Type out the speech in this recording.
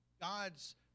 God's